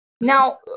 Now